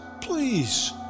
please